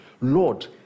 Lord